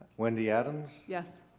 wendy adams. yes.